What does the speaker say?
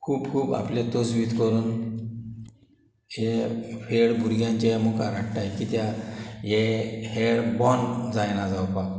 खूब खूब आपले तोजवीज करून हे हेळ भुरग्यांचे मुखार हाडटाय कित्या हे हेळ बोंद जायना जावपाक